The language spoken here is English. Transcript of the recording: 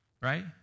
right